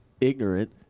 ignorant –